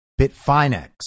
Bitfinex